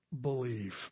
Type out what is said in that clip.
believe